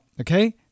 okay